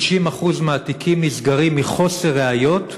90% מהתיקים נסגרים מחוסר ראיות,